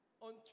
on